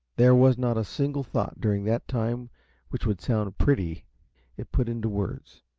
there was not a single thought during that time which would sound pretty if put into words,